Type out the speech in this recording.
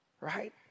right